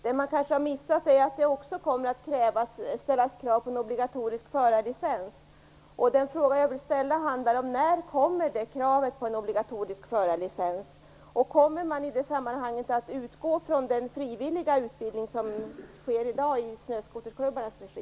Vad man kanske har missat är att det också kommer att ställas krav på en obligatorisk förarlicens. Kommer man i det sammanhanget att utgå från den frivilliga utbildning som i dag sker i snöskoterklubbarnas regi?